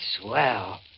swell